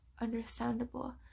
understandable